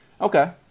Okay